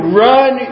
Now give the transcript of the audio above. run